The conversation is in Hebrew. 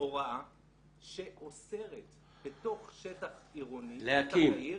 הוראה שאוסרת בתוך שטח עירוני להקים.